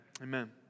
Amen